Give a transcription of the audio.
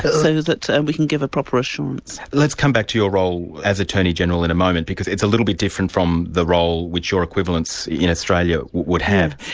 but so that and we can give a proper assurance. let's come back to your role as attorney-general in a moment, because it's a little bit different from the role which your equivalents in australia would have.